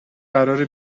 قراره